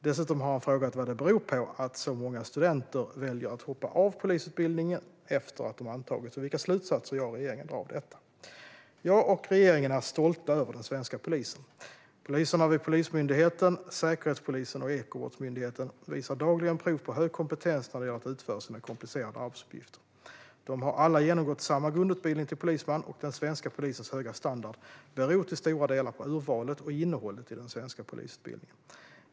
Dessutom har han frågat vad det beror på att så många studenter väljer att hoppa av polisutbildningen efter att de antagits och vilka slutsatser jag och regeringen drar av detta. Jag och regeringen är stolta över den svenska polisen. Poliserna vid Polismyndigheten, Säkerhetspolisen och Ekobrottsmyndigheten visar dagligen prov på hög kompetens när det gäller att utföra sina komplicerade arbetsuppgifter. De har alla genomgått samma grundutbildning till polisman, och den svenska polisens höga standard beror till stora delar på urvalet till och innehållet i den svenska polisutbildningen.